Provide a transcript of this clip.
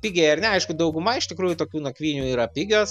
pigiai ar ne aišku dauguma iš tikrųjų tokių nakvynių yra pigios